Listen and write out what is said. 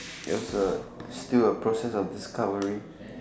yes uh still a process of discovery